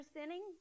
sinning